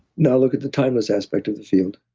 now look at the timeless aspect of the field.